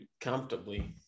comfortably